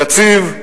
יציב,